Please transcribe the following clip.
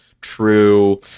true